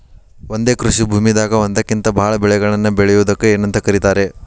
ಒಂದೇ ಕೃಷಿ ಭೂಮಿದಾಗ ಒಂದಕ್ಕಿಂತ ಭಾಳ ಬೆಳೆಗಳನ್ನ ಬೆಳೆಯುವುದಕ್ಕ ಏನಂತ ಕರಿತಾರೇ?